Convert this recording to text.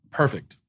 perfect